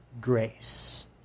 grace